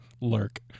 lurk